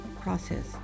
process